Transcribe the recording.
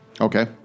Okay